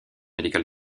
medical